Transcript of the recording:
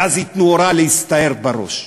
ואז ייתנו הוראה להסתער בראש.